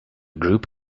group